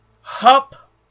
Hup